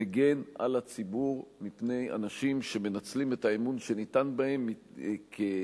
מגן על הציבור מפני אנשים שמנצלים את האמון שניתן בהם מתוקף